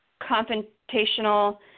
confrontational